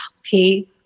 okay